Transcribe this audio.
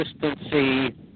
consistency